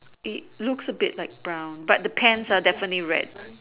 it looks a bit like brown but the pants are definitely red